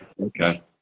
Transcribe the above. okay